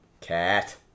Cat